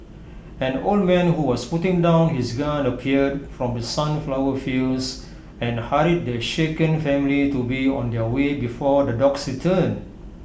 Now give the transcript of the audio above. an old man who was putting down his gun appeared from the sunflower fields and hurried the shaken family to be on their way before the dogs return